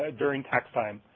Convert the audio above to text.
ah during tax time.